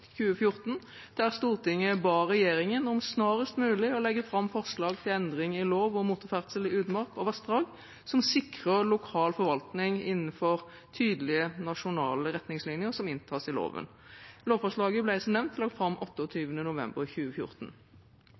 2014, der Stortinget ba regjeringen om snarest mulig å legge fram forslag til endring i lov om motorferdsel i utmark og vassdrag, som sikrer lokal forvaltning innenfor tydelige nasjonale retningslinjer som inntas i loven. Lovforslaget ble som nevnt lagt fram 28. november 2014.